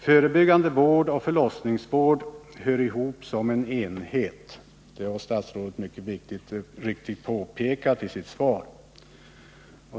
Förebyggande vård och förlossningsvård hör ihop och bildar en enhet. Det har statsrådet mycket riktigt påpekat i sitt svar.